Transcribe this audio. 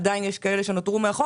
עדיין יש כאלה שנותרו מחוץ,